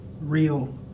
real